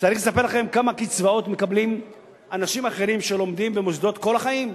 כמה קצבאות מקבלים אנשים אחרים שלומדים במוסדות כל החיים?